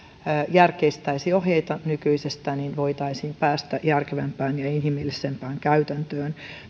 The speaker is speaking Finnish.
järkeistäisi ohjeita nykyisestä voitaisiin päästä järkevämpään ja ja inhimillisempään käytäntöön